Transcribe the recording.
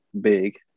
big